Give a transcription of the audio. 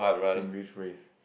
Singlish phrase